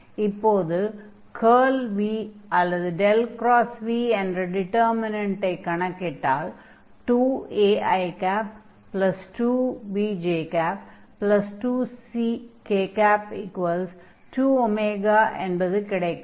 இப்போது curl v அல்லது v என்ற டிடெர்மினன்டை கணக்கிட்டால் 2ai2bj2ck 2 என்பது கிடைக்கும்